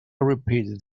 repeated